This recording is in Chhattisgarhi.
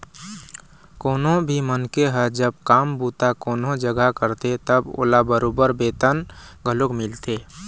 कोनो भी मनखे ह जब काम बूता कोनो जघा करथे तब ओला बरोबर बेतन घलोक मिलथे